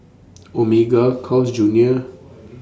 Omega Carl's Junior